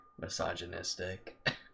misogynistic